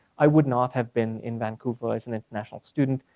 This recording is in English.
i would not have been in vancouver as an international student.